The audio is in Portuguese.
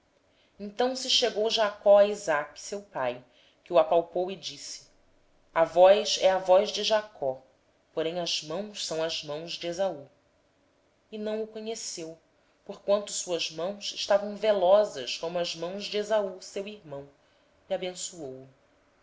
ou não chegou-se jacó a isaque seu pai que o apalpou e disse a voz é a voz de jacó porém as mãos são as mãos de esaú e não o reconheceu porquanto as suas mãos estavam peludas como as de esaú seu irmão e abençoou o